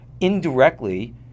Indirectly